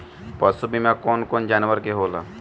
पशु बीमा कौन कौन जानवर के होला?